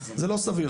זה לא סביר.